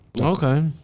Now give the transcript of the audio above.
Okay